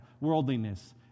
worldliness